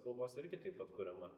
kalbos irgi taip atkuriama